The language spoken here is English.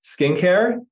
skincare